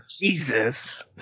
Jesus